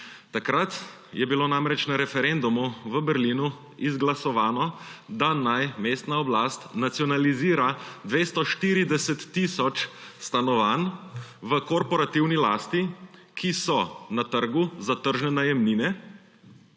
Takrat je bilo namreč na referendumu v Berlinu izglasovano, da naj mestna oblast nacionalizira 240 tisoč stanovanj v korporativni lasti, ki so na trgu za tržne najemnine,